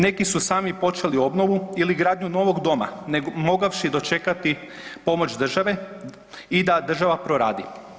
Neki su sami počeli obnovu ili gradnju novog doma ne mogavši dočekati pomoć države i da država proradi.